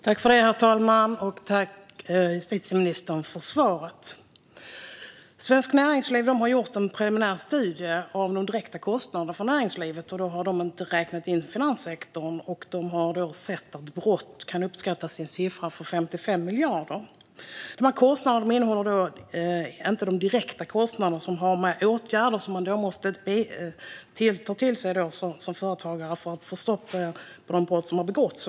Herr talman! Tack, justitieministern, för svaret! Svenskt Näringsliv har gjort en preliminär studie av de direkta kostnaderna för näringslivet och har då inte räknat in finanssektorn. De har sett att kostnaderna för brott kan uppskattas till en siffra på 55 miljarder. Den siffran innehåller inte de direkta kostnader som man har för åtgärder som man måste ta till som företagare för att få stopp på de brott som har begåtts.